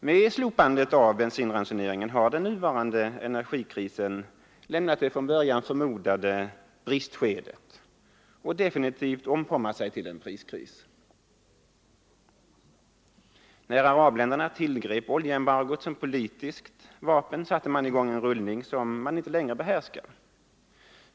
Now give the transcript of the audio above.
Med slopandet av bensinransoneringen har den nuvarande energikrisen lämnat det från början förmodade bristskedet och definitivt omformat sig till en priskris. När arabländerna tillgrep oljeembargot som politiskt vapen satte man i gång en rullning som man inte längre behärskar.